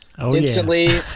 instantly